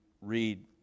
read